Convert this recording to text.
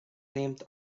named